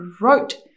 wrote